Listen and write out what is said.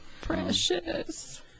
precious